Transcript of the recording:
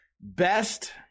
best